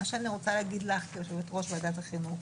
מה שאני רוצה להגיד לך, כיו"ר ועדת החינוך,